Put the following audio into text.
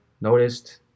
noticed